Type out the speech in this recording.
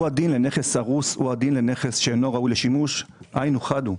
הוא הדין לנכס הרוס ולנכס שאינו ראוי לשימוש; היינו חד הוא.